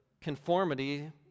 conformity